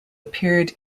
appeared